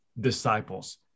disciples